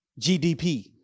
GDP